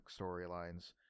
storylines